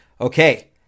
Okay